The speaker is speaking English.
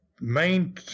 main